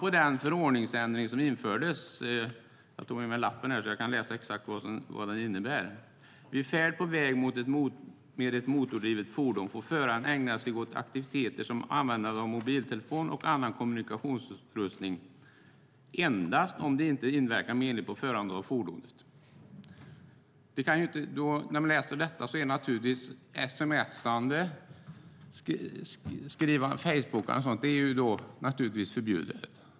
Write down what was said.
I den förordningsändring som infördes står det så här: "Vid färd på väg med ett motordrivet fordon får föraren ägna sig åt aktiviteter som användande av mobiltelefon och annan kommunikationsutrustning endast om det inte inverkar menligt på förandet av fordonet." När man läser detta inser man att sms:ande, facebookande och sådant naturligtvis är förbjudet.